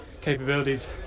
capabilities